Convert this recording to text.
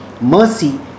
mercy